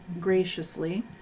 graciously